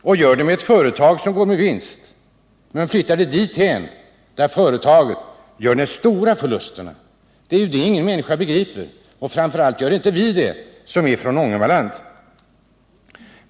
Och man gör det med ett företag som går med vinst! Man flyttar det dit där företaget gör de stora förlusterna. Det är det ingen människa begriper, framför allt gör inte vi det som är från Ångermanland.